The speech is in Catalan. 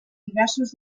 diversos